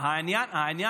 העלו את המס על הפחם,